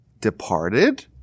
departed